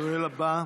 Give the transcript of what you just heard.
השואל הבא,